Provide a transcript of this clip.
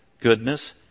goodness